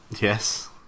Yes